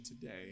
today